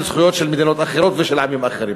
זכויות של מדינות אחרות ושל עמים אחרים.